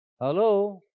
Hello